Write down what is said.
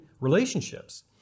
relationships